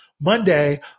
Monday